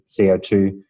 CO2